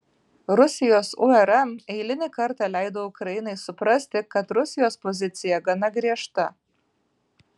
rusijos urm eilinį kartą leido ukrainai suprasti kad rusijos pozicija gana griežta